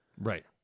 Right